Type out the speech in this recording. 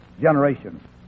generation